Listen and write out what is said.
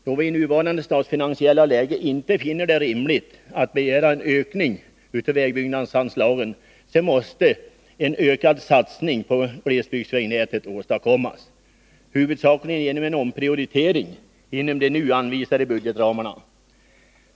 Då vi i nuvarande statsfinansiella läge inte finner det rimligt att begära en ökning av vägbyggnadsanslagen, måste en ökad satsning på glesbygdsvägnätet åstadkommas huvudsakligen genom en omprioritering inom de nu anvisade budgetramarna.